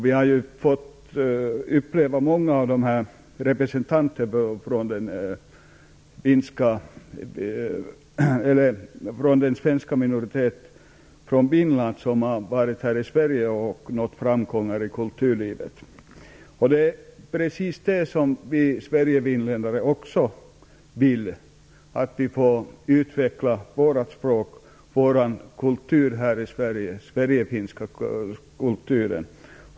Vi har fått uppleva att många representanter för den svenska minoriteten i Finland i Sverige har nått framgångar i kulturlivet. Det är precis det som vi sverigefinländare vill. Vi vill utveckla vårt språk och vår kultur här i Sverige - den sverigefinska kulturen.